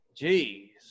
Jeez